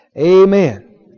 Amen